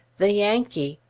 the yankee.